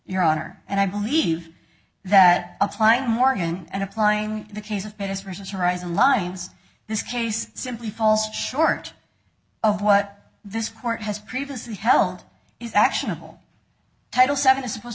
your honor and i believe that applying morgan and applying the case of paid us versus horizon lines this case simply falls short of what this court has previously held is actionable title seven is supposed